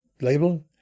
label